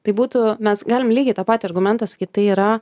tai būtų mes galim lygiai tą patį argumentą sakyt tai yra